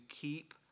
keep